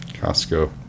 Costco